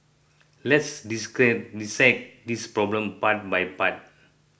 let's dissect this problem part by part